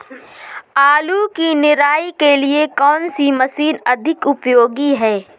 आलू की निराई के लिए कौन सी मशीन अधिक उपयोगी है?